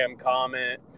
comment